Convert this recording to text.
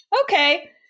Okay